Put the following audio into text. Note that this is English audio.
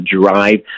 drive